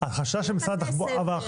בתי ספר,